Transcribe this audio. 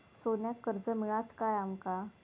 सोन्याक कर्ज मिळात काय आमका?